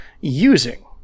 using